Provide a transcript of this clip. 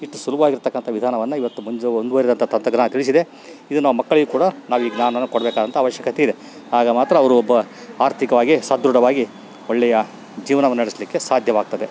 ಇಷ್ಟು ಸುಲಭವಾಗಿರತಕ್ಕಂಥ ವಿಧಾನವನ್ನು ಇವತ್ತು ಮಂಜು ಮುಂದುವರಿದಂಥ ತತ್ರಗ್ನ ತಿಳಿಸಿದೆ ಇದನ್ನು ಮಕ್ಕಳಿಗೆ ಕೂಡ ನಾವು ಈ ಜ್ಞಾನವನ್ನು ಕೊಡಬೇಕಾದಂಥ ಅವಶ್ಯಕತೆಯಿದೆ ಆಗ ಮಾತ್ರ ಅವರು ಒಬ್ಬ ಆರ್ಥಿಕವಾಗಿ ಸದೃಢವಾಗಿ ಒಳ್ಳೆಯ ಜೀವನವನ್ನ ನಡೆಸ್ಲಿಕ್ಕೆ ಸಾಧ್ಯವಾಗ್ತದೆ